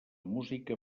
música